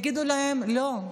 יגידו להם: לא,